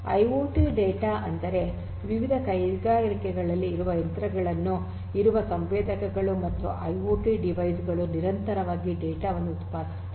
IoT data ಅಂದರೆ ವಿವಿಧ ಕೈಗಾರಿಕೆಗಳಲ್ಲಿ ಇರುವ ಯಂತ್ರಗಳಲ್ಲಿ ಇರುವ ಸಂವೇದಕಗಳು ಮತ್ತು ಐಓಟಿ ಡಿವೈಸ್ ಗಳು ನಿರಂತರವಾಗಿ ಡೇಟಾ ವನ್ನು ಉತ್ಪಾದಿಸುತ್ತವೆ